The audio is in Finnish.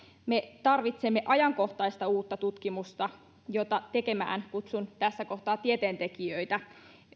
me tarvitsemme ajankohtaista uutta tutkimusta jota tekemään kutsun tässä kohtaa tieteentekijöitä